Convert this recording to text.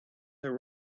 their